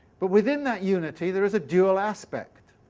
but within that unity there is a dual aspect.